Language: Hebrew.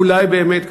אולי באמת,